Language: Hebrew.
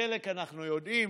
חלק אנחנו יודעים,